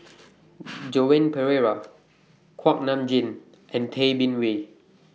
Joan Pereira Kuak Nam Jin and Tay Bin Wee